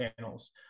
channels